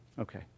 Okay